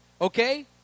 okay